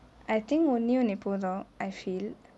I think only ஒன்னே ஒன்னு போதும்:onne onnu pothum I feel